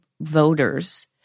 voters